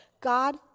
God